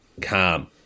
calm